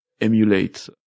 emulate